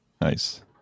Nice